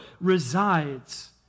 resides